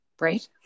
Right